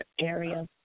area